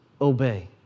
obey